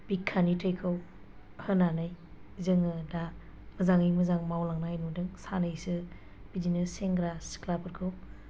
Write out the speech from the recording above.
बिखानि थैखौ होनानै जोङो दा मोजाङै मोजां मावलांनाय नुदों सानैसो बिदिनो सेंग्रा सिख्लाफोरखौ